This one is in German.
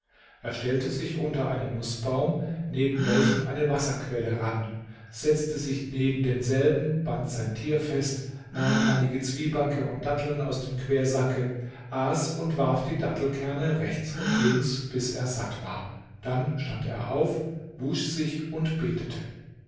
er stellte sich unter einen nußbaum neben welchem eine wasserquelle rann setzte sich neben denselben band sein tier fest nahm einige zwiebacke und datteln aus dem quersacke aß und warf die dattelkerne rechts und links bis er satt war dann stand er auf wusch sich und betete